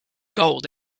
gold